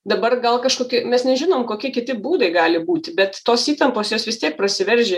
dabar gal kažkokie mes nežinom kokie kiti būdai gali būti bet tos įtampos jos vis tiek prasiveržia